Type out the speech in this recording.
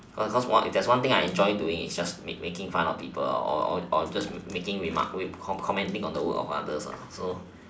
cause what there's one thing I enjoy doing is just making fun of people or or just making remarks just commenting on the work of others